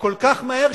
כל כך מהר,